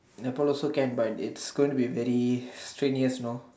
Nepal also can but it's going to be very strenuous you know